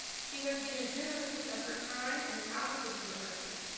she has given generously of her time and talents to the university.